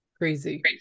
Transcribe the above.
Crazy